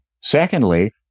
Secondly